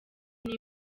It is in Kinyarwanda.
niba